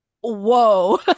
whoa